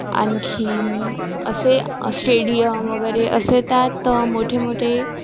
आणखीन असे स्टेडियम वगैरे असे त्यात मोठे मोठे